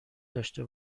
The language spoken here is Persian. داشته